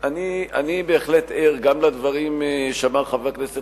אני בהחלט ער גם לדברים שאמר חבר הכנסת